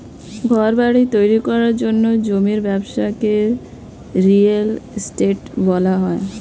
ঘরবাড়ি তৈরি করার জন্য জমির ব্যবসাকে রিয়েল এস্টেট বলা হয়